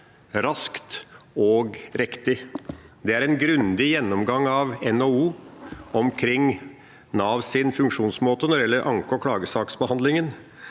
Raskt og riktig. Det er en grundig gjennomgang av NHO omkring Navs funksjonsmåte når det gjelder anke- og klagesaksbehandlingen.